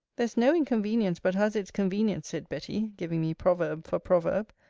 there's no inconvenience but has its convenience, said betty, giving me proverb for proverb.